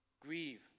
Grieve